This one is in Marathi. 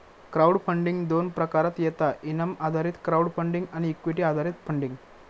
क्राउड फंडिंग दोन प्रकारात येता इनाम आधारित क्राउड फंडिंग आणि इक्विटी आधारित फंडिंग